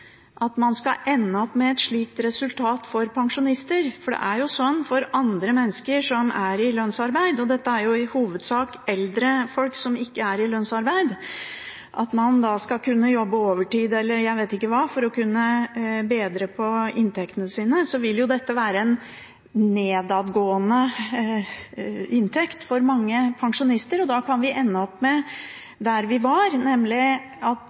at man skal ende opp med et slikt resultat for pensjonister. For det er jo sånn for andre mennesker som er i lønnsarbeid – og dette er i hovedsak eldre folk som ikke er i lønnsarbeid – at man skal kunne jobbe overtid, eller jeg vet ikke hva, for å bedre inntekten sin. Da vil dette være en nedadgående inntekt for mange pensjonister, og vi kan ende opp der vi var, nemlig at